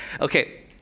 Okay